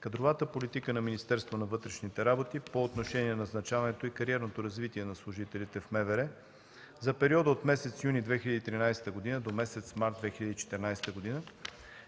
Кадровата политика на Министерството на вътрешните работи по отношение назначаването и кариерното развитие на служителите в МВР за периода от месец юни 2013 г. до месец март 2014 г.